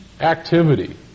activity